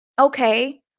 Okay